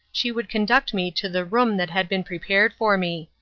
she would conduct me to the room that had been prepared for me.